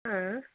ಹಾಂ